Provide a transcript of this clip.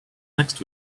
next